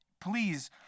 please